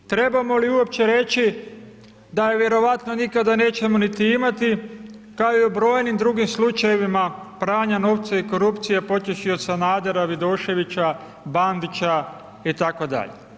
Trebamo li uopće reći da je vjerojatno nikada nećemo niti imati, kao i u brojnim drugim slučajevima pranja novca i korupcije, počevši od Sanadera, Vidoševića, Bandića i tako dalje.